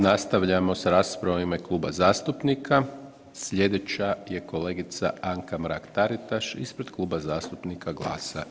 Nastavljamo s raspravom u ime kluba zastupnika, slijedeće je kolegica Anka Mrak Taritaš, ispred Kluba zastupnika GLAS-a.